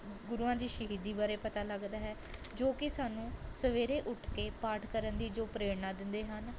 ਗੁਰੂਆਂ ਦੀ ਸ਼ਹੀਦੀ ਬਾਰੇ ਪਤਾ ਲੱਗਦਾ ਹੈ ਜੋ ਕਿ ਸਾਨੂੰ ਸਵੇਰੇ ਉੱਠ ਕੇ ਪਾਠ ਕਰਨ ਦੀ ਜੋ ਪ੍ਰੇਰਣਾ ਦਿੰਦੇ ਹਨ